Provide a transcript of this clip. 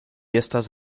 estas